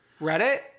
Reddit